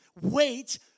wait